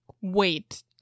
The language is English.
wait